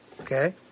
Okay